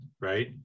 right